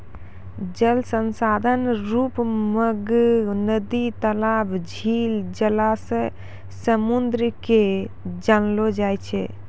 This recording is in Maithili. जल संसाधन रुप मग नदी, तलाब, झील, जलासय, समुन्द के जानलो जाय छै